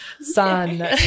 Son